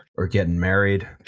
or getting married.